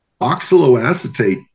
oxaloacetate